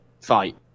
fight